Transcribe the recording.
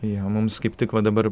jo mums kaip tik va dabar